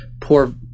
poor